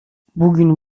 bugün